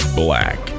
black